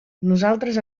nosaltres